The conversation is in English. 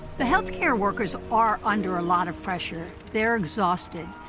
the health care workers are under a lot of pressure. they're exhausted,